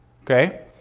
Okay